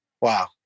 Wow